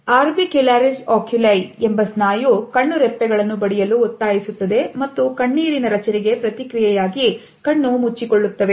orbicularis oculi ಎಂಬ ಸ್ನಾಯು ಕಣ್ಣು ರೆಪ್ಪೆಗಳನ್ನು ಬಡಿಯಲು ಒತ್ತಾಯಿಸುತ್ತದೆ ಮತ್ತು ಕಣ್ಣೀರಿನ ರಚನೆಗೆ ಪ್ರತಿಕ್ರಿಯೆಯಾಗಿ ಕಣ್ಣು ಮುಚ್ಚಿಕೊಳ್ಳುತ್ತವೆ